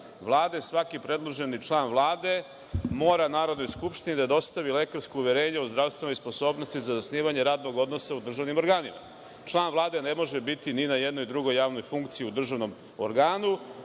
svaki predloženi član Vlade, mora Narodnoj skupštini da dostavi lekarsko uverenje o zdravstvenoj sposobnosti za zasnivanje radnog odnosa u državnim organima. Član vlade ne može biti ni na jednoj drugoj javnoj funkciji u državnom organu,